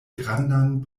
grandan